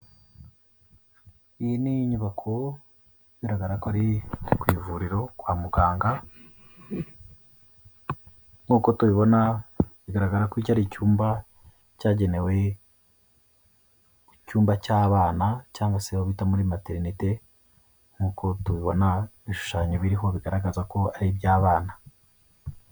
Iyi n’inyubako igaragara ko ari kw’ivuriro kwa muganga. Nk’uko tubibona bigaragara ko icyo ar’icyumba cyagenewe icyumba cy'abana, cyangwa se aho bita muri materinete. Nk’uko tubibona ibishushanyo biriho bigaragaza ko ari iby'abana.